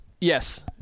Yes